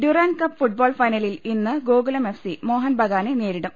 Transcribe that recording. Durand cup football ഫൈനലിൽ ഇന്ന് Gokulam FC മോഹൻബഗാനെ നേരിടും